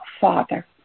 Father